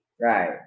Right